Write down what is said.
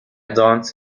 don’t